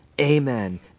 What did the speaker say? Amen